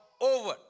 over